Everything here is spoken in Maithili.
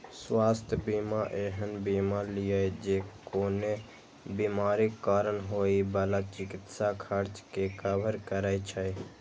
स्वास्थ्य बीमा एहन बीमा छियै, जे कोनो बीमारीक कारण होइ बला चिकित्सा खर्च कें कवर करै छै